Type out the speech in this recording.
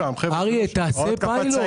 אריה, תעשה פיילוט.